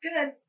good